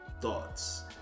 Thoughts